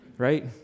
right